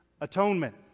atonement